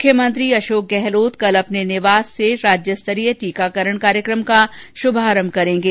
मुख्यमंत्री अशोक गहलोत कल अपने निवास से राज्य स्तरीय टीकाकरण कार्यक्रम का शुभारंभ करेंगे